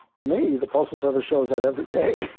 to me, the postal service shows that every day.